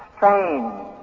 Strange